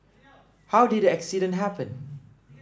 how did the accident happen